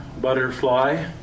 butterfly